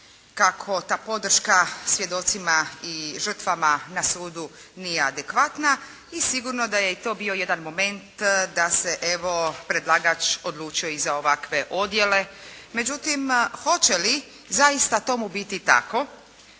kako ta podrška svjedocima i žrtvama na sudu nije adekvatna i sigurno da je i to bio jedan moment da se evo predlagač odlučio i za ovakve odjele. Međutim hoće li zaista tomu biti tako